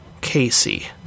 Casey